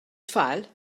tfal